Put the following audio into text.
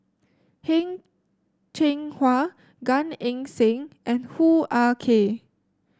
Heng Cheng Hwa Gan Eng Seng and Hoo Ah Kay